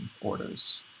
orders